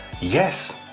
Yes